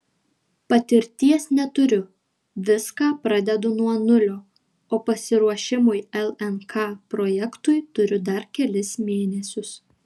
patirties neturiu viską pradedu nuo nulio o pasiruošimui lnk projektui turiu dar kelis mėnesius